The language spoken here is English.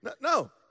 No